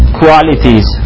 qualities